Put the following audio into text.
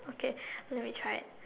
okay let me try it